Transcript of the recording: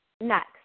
next